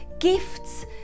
Gifts